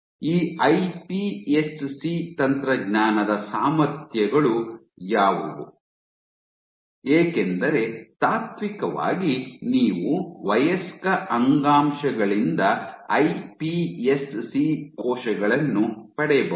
ಈ ಐಪಿಎಸ್ಸಿ ತಂತ್ರಜ್ಞಾನದ ಸಾಮರ್ಥ್ಯಗಳು ಯಾವುವು ಏಕೆಂದರೆ ತಾತ್ವಿಕವಾಗಿ ನೀವು ವಯಸ್ಕ ಅಂಗಾಂಶಗಳಿಂದ ಐಪಿಎಸ್ಸಿ ಕೋಶಗಳನ್ನು ಪಡೆಯಬಹುದು